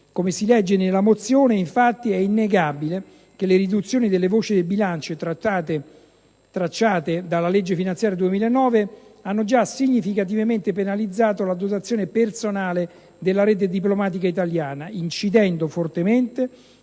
Come si legge nella mozione, infatti, è innegabile che le riduzioni delle voci del bilancio tracciate dalla legge finanziaria 2009 abbiano già significativamente penalizzato la dotazione di personale della rete diplomatica italiana, incidendo fortemente